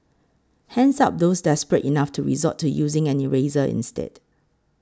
hands up those desperate enough to resort to using an eraser instead